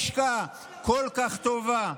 אם הלשכה כל כך טובה,